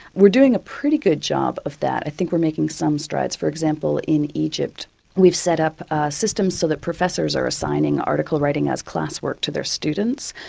we're doing a pretty good job of that, i think we're making some strides. for example, in egypt we've set up a system so that professors are assigning article-writing as classwork to their students.